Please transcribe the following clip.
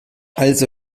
also